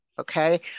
okay